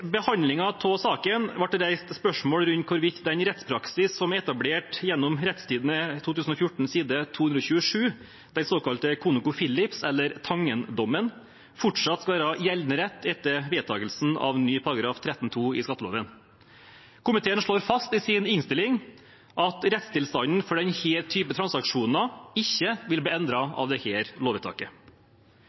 av saken ble det reist spørsmål rundt hvorvidt den rettspraksisen som er etablert gjennom Retstidende 2014 side 227, den såkalte ConocoPhillips-dommen, eller Tangen-dommen, fortsatt skal være gjeldende rett etter vedtakelsen av ny § 13-2 i skatteloven. Komiteen slår fast i sin innstilling at rettstilstanden for denne typen transaksjoner ikke vil bli endret av dette lovvedtaket. Videre er det